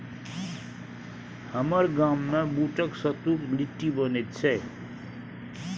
हमर गाममे बूटक सत्तुक लिट्टी बनैत छै